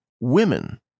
women